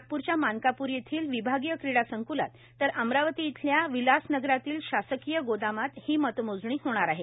नागपूरच्या मानकापूर येथील विभागीय क्रीडा संकलात तर अमरावती येथील विलासनगरातील शासकीय गोदामात ही मतमोजणी होणार आहे